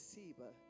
Seba